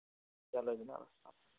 چلو جِناب